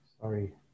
Sorry